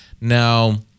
Now